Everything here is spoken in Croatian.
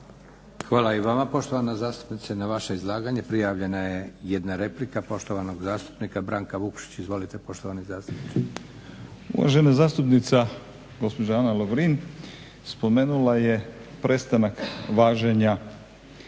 Hvala i vama poštovana zastupnice. Na vaše izlaganje prijavljena je jedna replika poštovanog zastupnika Branka Vukšića. Izvolite poštovani zastupniče. **Vukšić, Branko (Hrvatski laburisti - Stranka